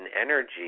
energy